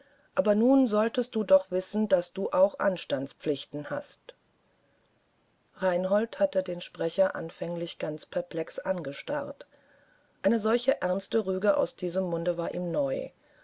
aber nun solltest du doch wissen daß auch du anstandspflichten hast reinhold hatte den sprecher anfänglich ganz perplex angestarrt eine solche ernste rüge aus diesem munde war ihm neu